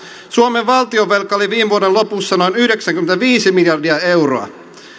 suomen valtionvelka oli viime vuoden lopussa noin yhdeksänkymmentäviisi miljardia euroa